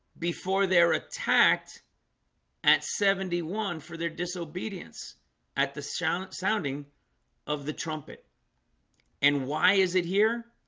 before they're attacked at seventy one for their disobedience at the sounding sounding of the trumpet and why is it here?